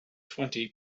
twenty